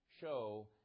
show